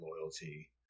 loyalty